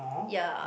ya